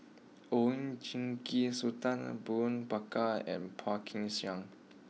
Oon Jin Gee Sultan Abu Bakar and Phua Kin Siang